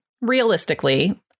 realistically